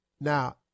Now